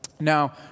Now